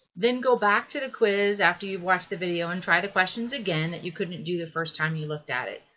then go back to the quiz after you've watched the video and try the questions again that you couldn't do the first time you looked at it.